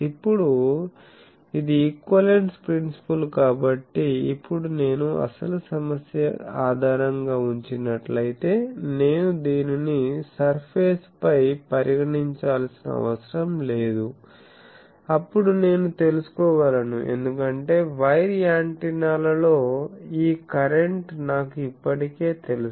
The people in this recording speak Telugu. ఇప్పుడు ఇది ఈక్వివలెన్స్ ప్రిన్సిపుల్ కాబట్టి ఇప్పుడు నేను అసలు సమస్య ఆధారంగా ఉంచినట్లయితే నేను దీనిని సర్ఫేస్ పై పరిగణించాల్సిన అవసరం లేదు అప్పుడు నేను తెలుసుకోగలను ఎందుకంటే వైర్ యాంటెన్నాలలో ఈ కరెంట్ నాకు ఇప్పటికే తెలుసు